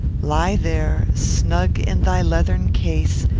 lie there, snug in thy leathern case,